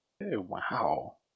Wow